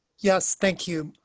yes, thank you.